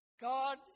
God